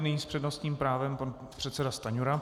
Nyní s přednostním právem pan předseda Stanjura.